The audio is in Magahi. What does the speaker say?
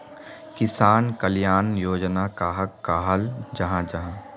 किसान कल्याण योजना कहाक कहाल जाहा जाहा?